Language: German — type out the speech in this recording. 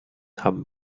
haben